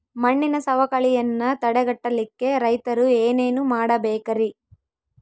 ಮಣ್ಣಿನ ಸವಕಳಿಯನ್ನ ತಡೆಗಟ್ಟಲಿಕ್ಕೆ ರೈತರು ಏನೇನು ಮಾಡಬೇಕರಿ?